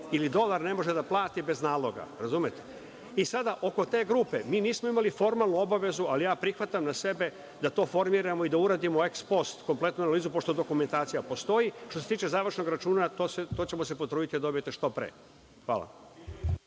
ili dolar ne može da plati bez naloga. Sada, oko te grupe, mi nismo imali formalnu obavezu, ali ja prihvatam na sebe da to formiramo i da uradimo eks post kompletnu analizu, pošto dokumentacija postoji. Što se tiče završnog računa, to ćemo se potruditi da dobijete što pre. Hvala.